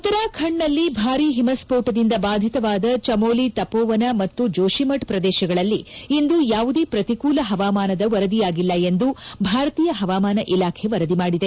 ಉತ್ತರಾಖಂಡ್ನಲ್ಲಿ ಭಾರಿ ಹಿಮಸ್ಪೋಟದಿಂದ ಬಾಧಿತವಾದ ಚಮೋಲಿ ತಪೋವನ ಮತ್ತು ಜೋಷಿಮಠ್ ಪ್ರದೇಶಗಳಲ್ಲಿ ಇಂದು ಯಾವುದೇ ಪ್ರತಿಕೂಲ ಹವಾಮಾನದ ವರದಿಯಾಗಿಲ್ಲ ಎಂದು ಭಾರತೀಯ ಹವಾಮಾನ ಇಲಾಖೆ ವರದಿ ಮಾಡಿದೆ